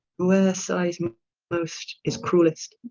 who e'r sighes most, is cruellest,